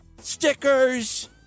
stickers